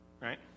right